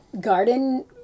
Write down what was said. garden